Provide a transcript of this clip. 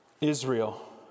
Israel